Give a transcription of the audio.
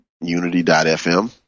unity.fm